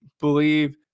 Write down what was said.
believe